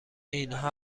اینها